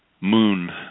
Moon